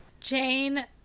Jane